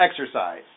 exercise